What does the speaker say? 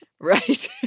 Right